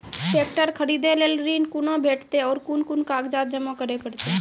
Tractor खरीदै लेल ऋण कुना भेंटते और कुन कुन कागजात जमा करै परतै?